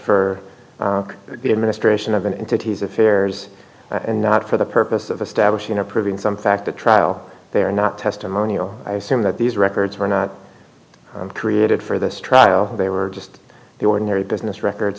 for the administration of an entity's affairs and not for the purpose of establishing or proving some fact to trial they are not testimonial i assume that these records were not created for this trial they were just the ordinary business records